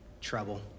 trouble